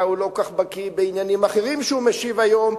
הוא לא כל כך בקי בעניינים אחרים שהוא משיב עליהם היום,